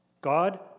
God